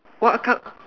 what kind